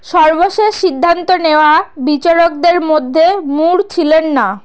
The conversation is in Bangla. সর্বশেষ সিদ্ধান্ত নেওয়া বিচারকদের মধ্যে ম্যুর ছিলেন না